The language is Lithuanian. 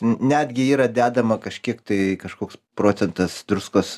n netgi yra dedama kažkiek tai kažkoks procentas druskos